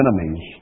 enemies